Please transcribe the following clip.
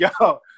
yo